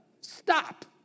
Stop